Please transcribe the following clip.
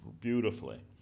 beautifully